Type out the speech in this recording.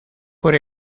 por